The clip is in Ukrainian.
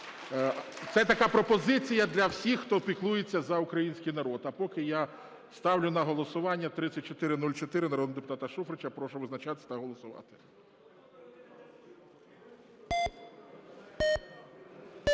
Це така пропозиція для всіх, хто піклується за український народ. А поки я ставлю на голосування 3404 народного депутата Шуфрича. Прошу визначатись та голосувати.